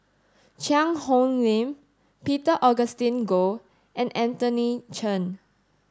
Cheang Hong Lim Peter Augustine Goh and Anthony Chen